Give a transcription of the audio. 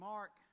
Mark